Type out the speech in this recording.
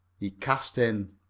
he cast in.